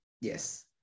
Yes